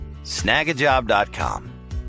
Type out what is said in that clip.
Snagajob.com